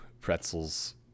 pretzels